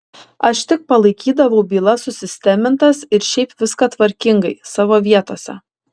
aš tik palaikydavau bylas susistemintas ir šiaip viską tvarkingai savo vietose